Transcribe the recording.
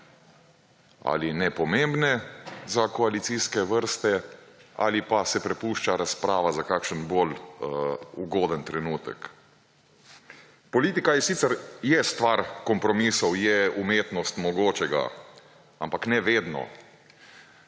ali nepomembne za koalicijske vrste ali pa se prepušča razprava za kakšen bolj ugoden trenutek. Politika je sicer stvar kompromisov, je umetnost mogočega, ampak ne vedno.